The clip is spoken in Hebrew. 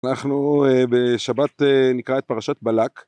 אנחנו בשבת נקרא את פרשת בלק.